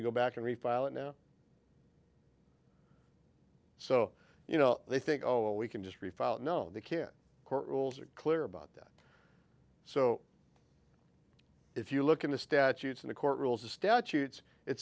to go back and refile it now so you know they think oh well we can just refile no they can't court rules are clear about that so if you look in the statutes in the court rules the statutes it